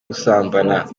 gusambana